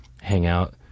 hangout